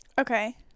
okay